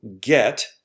get